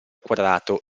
quadrato